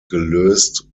gelöst